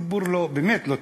הציבור באמת לא טיפש.